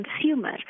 consumer